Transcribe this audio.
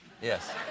yes